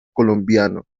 colombiano